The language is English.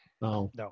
No